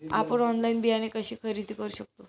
आपण ऑनलाइन बियाणे कसे खरेदी करू शकतो?